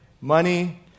money